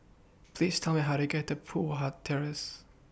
Please Tell Me How to get to Poh Huat Terrace